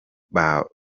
babou